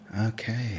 Okay